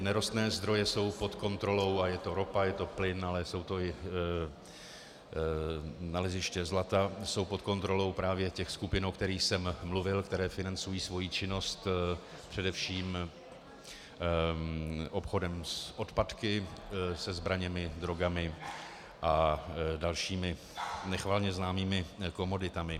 Nerostné zdroje jsou pod kontrolou, a je to ropa, je to plyn, ale jsou to i naleziště zlata, jsou pod kontrolou právě těch skupin, o kterých jsem mluvil, které financují svou činnost především obchodem s odpadky, se zbraněmi, drogami a dalšími nechvalně známými komoditami.